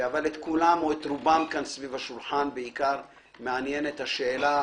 אבל את רובם כאן סביב השולחן בעיקר מעניינת השאלה